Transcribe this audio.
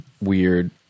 weird